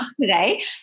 today